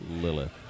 Lilith